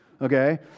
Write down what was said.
Okay